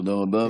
תודה רבה.